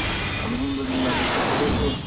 اَلحمدُ اللہ تُہۍ چھِوحظ سٲری ٹھیٖک